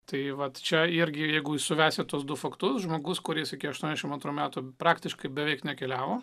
tai vat čia irgi jeigu suvesit tuos du faktus žmogus kuris iki aštuoniasdešim antrų metų praktiškai beveik nekeliavo